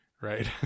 right